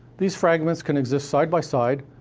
these fragments can exist side by side,